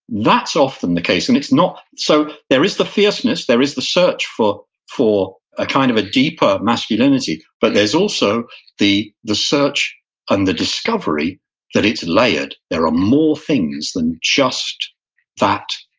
that's often the case, and it's not, so there is the fierceness, there is the search for for ah kind of a deeper masculinity, but there's also the the search and the discovery that it's layered. there are more things than just that